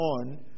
on